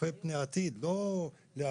צופי פני עתיד ולא לאחור.